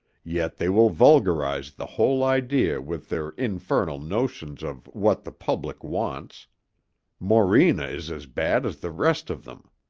yet they will vulgarize the whole idea with their infernal notions of what the public wants morena is as bad as the rest of them!